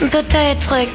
Peut-être